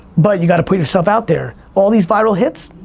but you got to put yourself out there. all these viral hits,